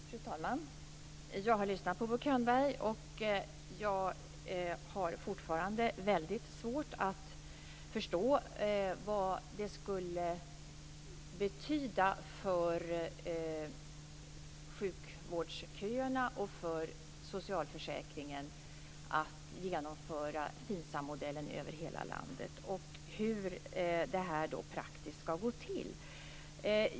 Fru talman! Jag har lyssnat på Bo Könberg, och jag har fortfarande väldigt svårt att förstå vad det skulle betyda för sjukvårdsköerna och för socialförsäkringen att genomföra FINSAM-modellen över hela landet och hur detta praktiskt skall gå till.